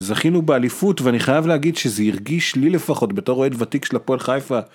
זכינו באליפות ואני חייב להגיד שזה הרגיש לי לפחות בתור אוהד ותיק של הפועל חיפה